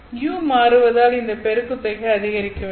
u மாறுவதால் இந்த பெருக்குத் தொகை அதிகரிக்க வேண்டும்